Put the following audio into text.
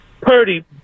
Purdy